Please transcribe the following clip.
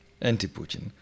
anti-Putin